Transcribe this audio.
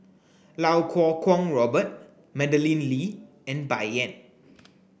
Iau Kuo Kwong Robert Madeleine Lee and Bai Yan